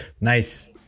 Nice